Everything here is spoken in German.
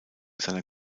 seiner